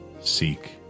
seek